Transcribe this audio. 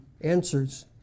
answers